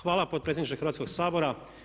Hvala potpredsjedniče Hrvatskoga sabora.